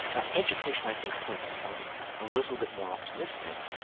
ah education i think, points to something a little bit more optimistic.